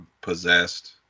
possessed